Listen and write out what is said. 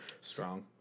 Strong